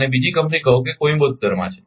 અને બીજી કંપની કહો કે કોઈમ્બતુર હોઇ શકે છે